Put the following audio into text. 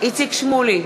איציק שמולי,